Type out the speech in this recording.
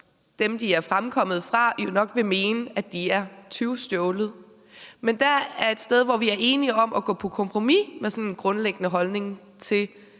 dem, de er fremkommet fra, jo nok vil mene er tyvstjålet. Men det er et sted, hvor vi er enige om at gå på kompromis med sådan en grundlæggende holdning til,